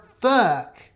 fuck